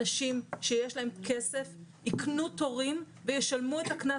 אנשים שיש להם כסף יקנו תורים וישלמו את הקנס